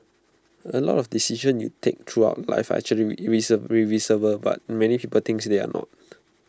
A lot of decisions you take throughout life are actually reversible but many people thinks they're not